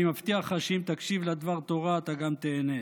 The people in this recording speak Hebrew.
אני מבטיח לך שאם תקשיב לדבר תורה אתה גם תיהנה.